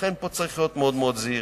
לכן, פה צריך להיות מאוד מאוד זהירים.